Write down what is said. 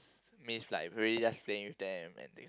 miss like really just playing with them and thing